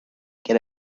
get